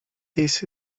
this